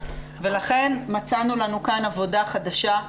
לכן מצאנו לנו כאן עבודה חדשה,